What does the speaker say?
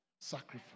Sacrifice